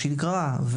השגרה,